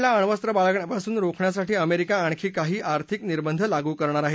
राणला अण्वस्त्र बाळगण्यापासून रोखण्यासाठी अमेरिका आणखी काही आर्थिक निर्बंध लागू करणार आहे